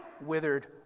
withered